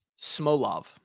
Smolov